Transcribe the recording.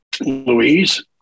Louise